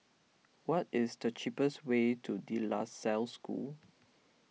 what is the cheapest way to De La Salle School